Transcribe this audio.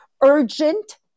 urgent